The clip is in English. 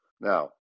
Now